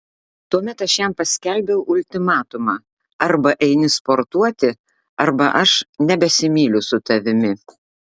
tuomet aš jam paskelbiau ultimatumą arba eini sportuoti arba aš nebesimyliu su tavimi